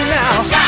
now